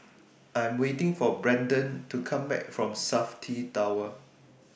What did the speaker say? I Am waiting For Branden to Come Back from Safti Tower